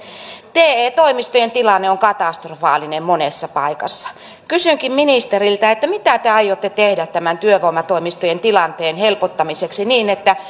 te toimistojen tilanne on katastrofaalinen monessa paikassa kysynkin ministeriltä mitä te aiotte tehdä tämän työvoimatoimistojen tilanteen helpottamiseksi niin että